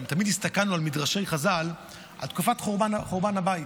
תמיד הסתכלנו על מדרשי חז"ל על תקופת חורבן הבית.